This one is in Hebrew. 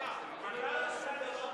התשע"א 2011,